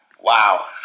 Wow